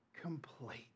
complete